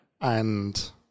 And-